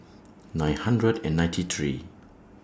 nine hundred and ninety three